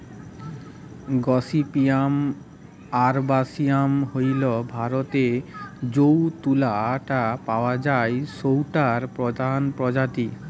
gossypium আরবাসিয়াম হইল ভারতরে যৌ তুলা টা পাওয়া যায় সৌটার প্রধান প্রজাতি